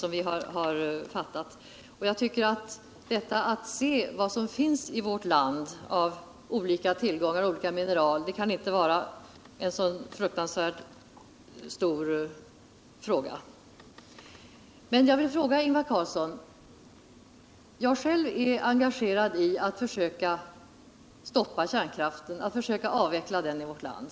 Jag kan f. ö. inte se utt det förhållandet att man undersöker vad som finns i vårt land av olika .mineraltillgångar skulle vara en så fruktansvärt stor fråga. > Jag själv är engagerad i att försöka stoppa kärnkraften och att försöka avveckla den i vårt land.